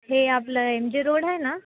हे आपलं M J road आहे ना